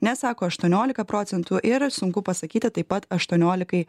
ne sako aštuoniolika procentų ir sunku pasakyti taip pat aštuoniolikai